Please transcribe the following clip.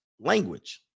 language